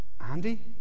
Andy